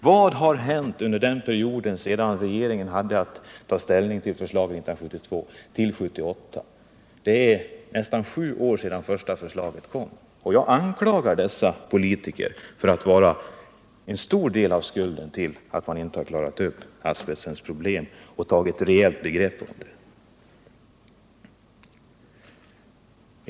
Vad har hänt under perioden sedan regeringen hade att ta ställning till ett förslag första gången, från år 1972 till år 1978? Det är nästan sju år sedan det första förslaget kom. Jag anklagar dessa politiker för att ha en stor del av skulden till att problemen med asbest inte är uppklarade och att något rejält grepp om frågan inte har tagits.